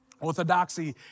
Orthodoxy